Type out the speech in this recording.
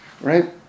Right